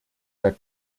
der